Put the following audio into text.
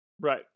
right